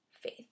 faith